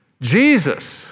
Jesus